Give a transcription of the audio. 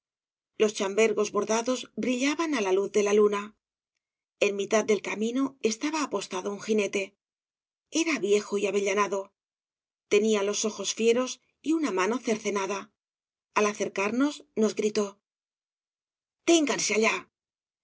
los chambergos bordados brillaban á la luz de la luna en mitad del camino estaba apostado un jinete era viejo y avellanado tenía los ojos fieros y una mano cercenada al acercarnos nos gritó ténganse allá